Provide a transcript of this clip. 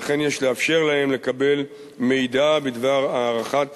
ולכן יש לאפשר להם לקבל מידע בדבר הערכת